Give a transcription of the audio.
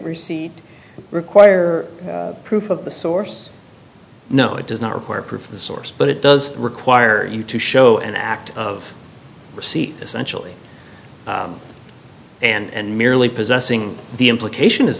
receipt require proof of the source no it does not require proof of the source but it does require you to show an act of receipt essentially and merely possessing the implication is